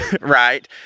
right